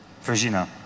Virginia